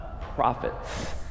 prophets